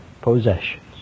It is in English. possessions